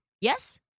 Yes